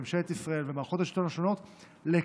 את ממשלת ישראל ואת מערכות השלטון השונות לכאוס.